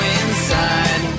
inside